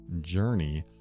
journey